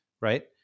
right